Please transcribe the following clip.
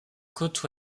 côte